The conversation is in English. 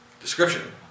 Description